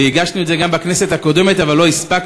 הגשנו את זה גם בכנסת הקודמת אבל לא הספקנו,